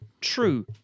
true